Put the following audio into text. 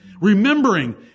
Remembering